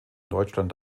deutschland